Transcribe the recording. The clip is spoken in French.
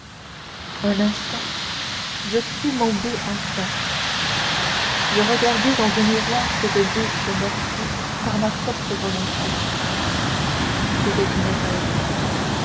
un instant je crus mon but atteint je regardai dans un miroir cette bouche meurtrie par ma propre volonté c'était une erreur